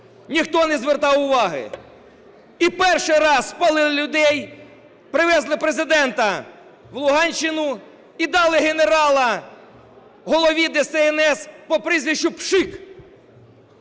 Ніхто не звертав уваги. І перший раз спалили людей, привезли Президента в Луганщину - і дали генерала Голові ДСНС по прізвищу Пшик.